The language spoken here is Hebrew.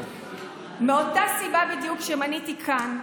מאותה סיבה בדיוק שמניתי כאן,